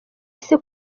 ese